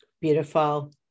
Beautiful